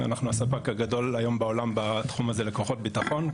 ואנחנו הספק הגדול היום בעולם בתחום הזה לכוחות ביטחון,